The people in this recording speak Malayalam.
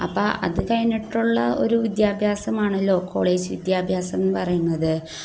അപ്പം അത് കഴിഞ്ഞിട്ടുള്ള ഒരു വിദ്യാഭ്യാസമാണല്ലോ കോളേജ് വിദ്യാഭ്യാസമെന്ന് പറയുന്നത്